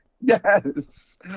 Yes